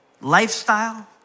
lifestyle